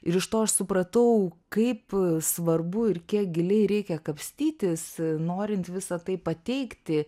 ir iš to aš supratau kaip svarbu ir kiek giliai reikia kapstytis norint visa tai pateikti